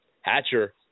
Hatcher